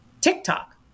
TikTok